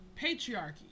patriarchy